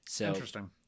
Interesting